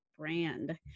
brand